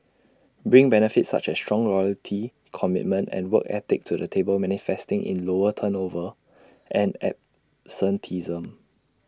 bring benefits such as strong loyalty commitment and work ethic to the table manifesting in lower turnover and absenteeism